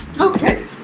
okay